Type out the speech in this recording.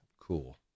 cool